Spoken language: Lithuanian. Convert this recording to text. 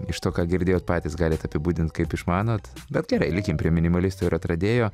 iš to ką girdėjot patys galit apibūdint kaip išmanot bet gerai likim prie minimalisto ir atradėjo